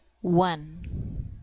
one